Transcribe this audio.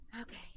Okay